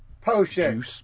potion